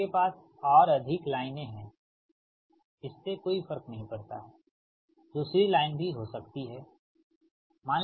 आपके पास और अधिक लाइनें हैं इससे कोई फर्क नहीं पड़ता है दूसरी लाइन भी हो सकती है ठीक